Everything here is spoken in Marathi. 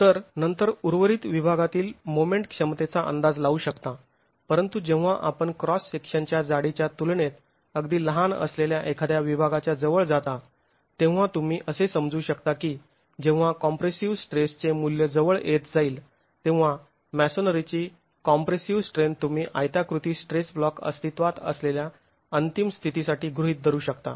तर नंतर उर्वरित विभागातील मोमेंट क्षमतेचा अंदाज लावू शकता परंतु जेव्हा आपण क्रॉस सेक्शनच्या जाडीच्या तुलनेत अगदी लहान असलेल्या एखाद्या विभागाच्या जवळ जाता तेव्हा तुम्ही असे समजू शकता की जेव्हा कॉम्प्रेसिव स्ट्रेसचे मूल्य जवळ येत जाईल तेव्हा मॅसोनरीची कॉम्प्रेसिव स्ट्रेंन्थ तुम्ही आयताकृती स्ट्रेस ब्लॉक अस्तित्वात असलेल्या अंतिम स्थितीसाठी गृहीत धरू शकता